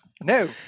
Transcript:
No